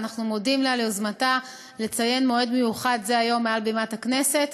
ואנחנו מודים לה על יוזמתה לציין מועד מיוחד זה היום מעל בימת הכנסת.